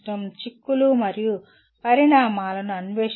చిక్కులు మరియు పరిణామాలను అన్వేషించడం